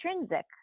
intrinsic